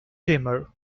timor